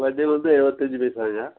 வட்டி வந்து இருபத்தஞ்சி பைசாங்க